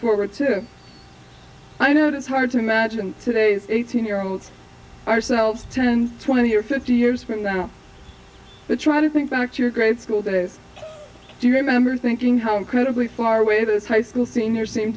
forward to i know it's hard to imagine today's eighteen year olds ourselves ten twenty or fifty years from now trying to think back to your grade school that do you remember thinking how incredibly far away this high school senior seem